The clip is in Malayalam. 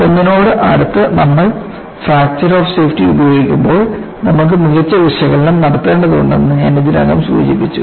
ഒന്നിനോട് അടുത്ത് നമ്മൾ ഫാക്ടർ ഓഫ് സേഫ്റ്റി ഉപയോഗിക്കുമ്പോൾ നമുക്ക് മികച്ച വിശകലനം നടത്തേണ്ടതുണ്ടെന്ന് ഞാൻ ഇതിനകം സൂചിപ്പിച്ചിരുന്നു